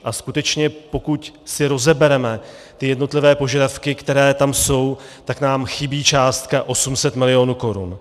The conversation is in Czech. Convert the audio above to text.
A skutečně pokud si rozebereme jednotlivé požadavky, které tam jsou, tak nám chybí částka 800 milionů korun.